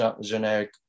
generic